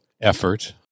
Effort